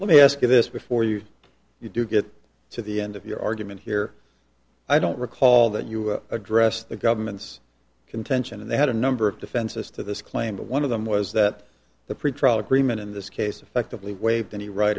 let me ask you this before you do get to the end of your argument here i don't recall that you addressed the government's contention and they had a number of defenses to this claim but one of them was that the pretrial agreement in this case actively waived